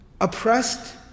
oppressed